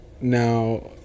now